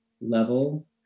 level